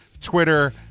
Twitter